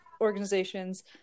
organizations